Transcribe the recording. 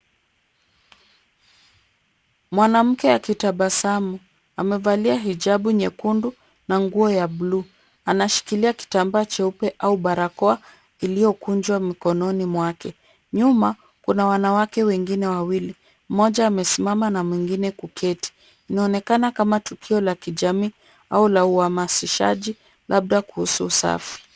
Mwanamke akitabasamu, amevalia hijabu nyekundu na nguo ya blue .Anashikilia kitambaa cheupe au barakoa iliyokunjwa mkononi mwake. Nyuma, kuna wanawake wengine wawili, mmoja amesimama na mwingine kuketi. Linaonekana kama tukio la kijamii au la uhamasishaji labda kuhusu usafi.